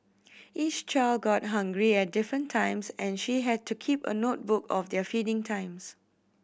each child got hungry at different times and she had to keep a notebook of their feeding times